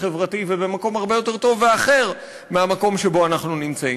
חברתי ובמקום הרבה יותר טוב ואחר מהמקום שבו אנחנו נמצאים,